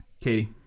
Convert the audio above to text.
Katie